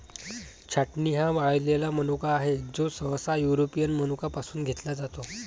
छाटणी हा वाळलेला मनुका आहे, जो सहसा युरोपियन मनुका पासून घेतला जातो